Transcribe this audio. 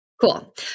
Cool